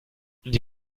die